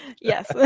Yes